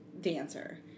dancer